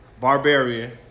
Barbarian